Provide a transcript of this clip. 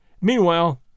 Meanwhile